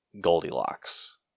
Goldilocks